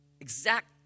Exact